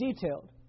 detailed